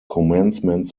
commencement